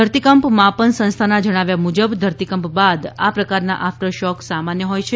ધરતીકંપ માપન સંસ્થાના જણાવ્યા મુજબ ધરતીકંપ બાદ આ પ્રકારના આફટર શોક સામાન્ય હોય છે